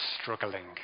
struggling